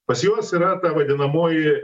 pas juos yra ta vadinamoji